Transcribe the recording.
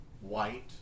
white